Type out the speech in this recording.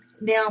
Now